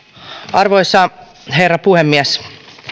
arvoisa herra puhemies